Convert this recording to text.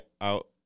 out